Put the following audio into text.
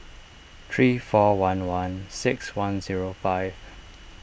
three four one one six one zero five